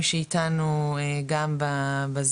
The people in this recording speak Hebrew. אנשים חולים,